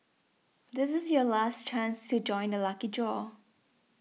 this is your last chance to join the lucky draw